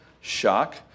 shock